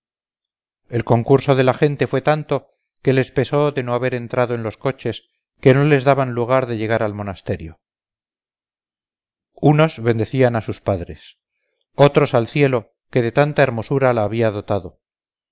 el concurso de la gente fue tanto que les pesó de no haber entrado en los coches que no les daban lugar de llegar al monasterio unos bendecían a sus padres otros al cielo que de tanta hermosura la había dotado